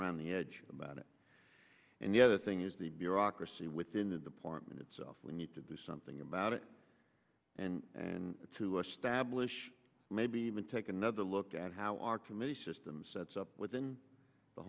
around the edge about it and the other thing is the bureaucracy within the department itself we need to do something about it and and to establish maybe even take another look at how our committee system sets up within the